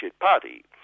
Party